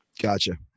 Gotcha